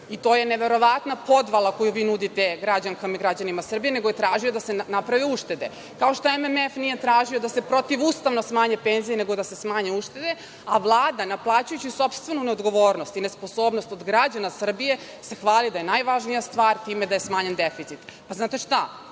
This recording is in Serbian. i to je neverovatna podvala koju vi nudite građankama i građanima Srbije, nego je tražio da se naprave uštede. Kao što MMF nije tražio da se protivustavno smanje penzije, nego da se smanje uštede, a Vlada naplaćujući sopstvenu neodgovornost i nesposobnost od građana Srbije, se hvali da je najvažnija stvar time da je smanjen deficit. Pa, znate šta,